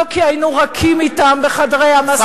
לא כי היינו רכים אתם בחדרי המשא-ומתן,